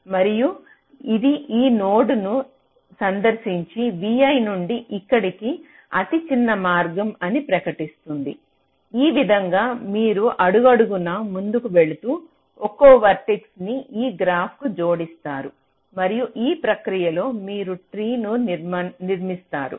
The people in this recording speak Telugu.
మరియు ఇది ఈ నోడ్ను సందర్శించి vi నుండి ఇక్కడికి అతిచిన్న మార్గం అని ప్రకటిస్తుంది ఈ విధంగా మీరు అడుగడుగునా ముందుకు వెళుతూ ఒక్కో వర్టెక్స్ ఈ గ్రాఫ్కు జోడిస్తారు మరియు ఈ ప్రక్రియలో మీరు ట్రీ ను నిర్మిస్తారు